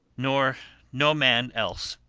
nor no man else